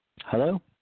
hello